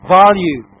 value